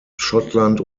schottland